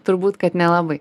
turbūt kad nelabai